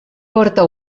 porta